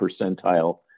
percentile